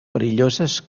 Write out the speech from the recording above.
perilloses